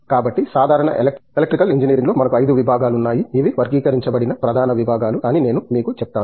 కాబట్టి సాధారణ ఎలక్ట్రికల్ ఇంజనీరింగ్లో మనకు 5 విభాగాలు ఉన్నాయి ఇవి వర్గీకరించబడిన ప్రధాన విభాగాలు అని నేను మీకు చెప్తాను